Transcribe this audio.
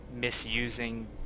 misusing